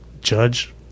judge